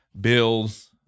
bills